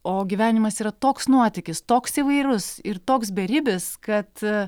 o gyvenimas yra toks nuotykis toks įvairus ir toks beribis kad